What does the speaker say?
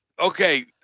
okay